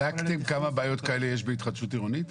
בדקתם כמה בעיות כאלה יש בהתחדשות עירונית?